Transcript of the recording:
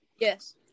Yes